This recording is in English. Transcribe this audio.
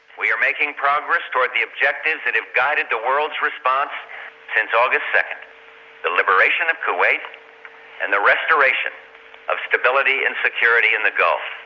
we are making progress towards the objectives that have guided the world's response since august second the liberation of kuwait and the restoration of stability and security in the gulf.